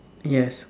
yes